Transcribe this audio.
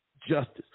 justice